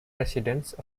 residence